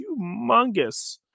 humongous